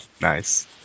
Nice